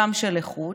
גם של איכות,